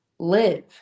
live